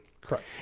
Correct